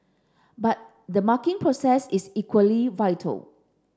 but the marking process is equally vital